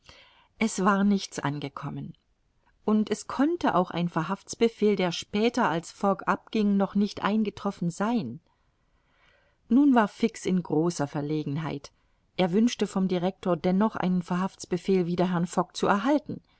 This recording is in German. es war nichts angekommen und es konnte auch ein verhaftsbefehl der später als fogg abging noch nicht eingetroffen sein nun war fix in großer verlegenheit er wünschte vom director dennoch einen verhaftsbefehl wider herrn fogg zu erhalten